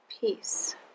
peace